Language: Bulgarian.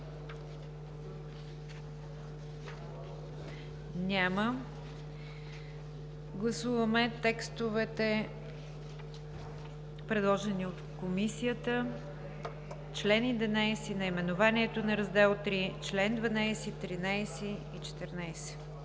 Няма. Гласуваме текстовете, предложени от Комисията – чл. 11, наименованието на Раздел III, чл. 12, 13 и 14.